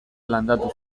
landatu